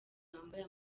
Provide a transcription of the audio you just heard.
bambaye